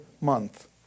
month